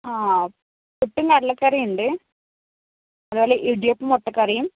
ആ പുട്ടും കടലക്കറിയും ഉണ്ട് അതുപോലെ ഇടിയപ്പവും മുട്ടക്കറിയും